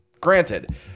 Granted